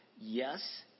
yes